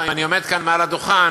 אם אני עומד כאן מעל הדוכן,